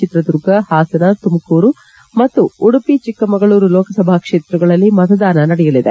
ಚಿತ್ರದುರ್ಗ ಹಾಸನ ತುಮಕೂರು ಮತ್ತು ಉಡುಪಿ ಚಿಕ್ಕಮಗಳೂರು ಲೋಕಸಭಾ ಕ್ಷೇತ್ರದಲ್ಲಿ ಮತದಾನ ನಡೆಯಲಿದೆ